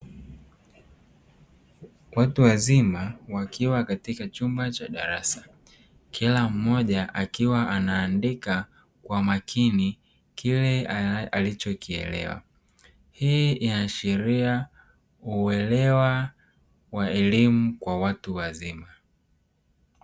Watu wazima wakiwa katika chumba cha darasa kila mmoja akiwa anaandika kwa makini kile alichokielewa. Hii inaashiria uelewa wa elimu kwa watu wazima.